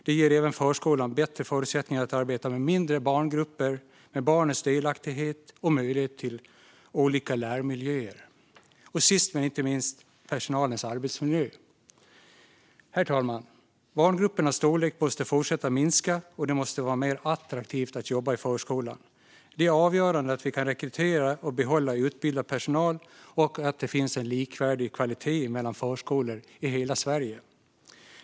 Det ger även förskolan bättre förutsättningar att arbeta med mindre barngrupper, med barnens delaktighet och med möjlighet till olika lärmiljöer. Och sist men inte minst handlar det om personalens arbetsmiljö. Herr talman! Barngruppernas storlek måste fortsätta att minska, och det måste vara mer attraktivt att jobba i förskolan. Det är avgörande att vi kan rekrytera och behålla utbildad personal och att det finns en likvärdig kvalitet mellan förskolor i hela Sverige.